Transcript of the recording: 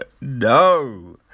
no